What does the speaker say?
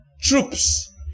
troops